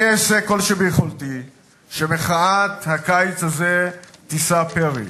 אני אעשה כל שביכולתי שמחאת הקיץ הזה תישא פרי.